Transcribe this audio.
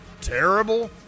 terrible